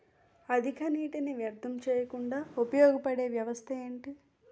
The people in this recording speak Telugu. అధిక నీటినీ వ్యర్థం చేయకుండా ఉపయోగ పడే వ్యవస్థ ఏంటి